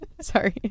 Sorry